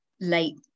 late